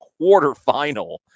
quarterfinal